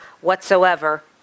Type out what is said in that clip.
whatsoever